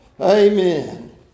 Amen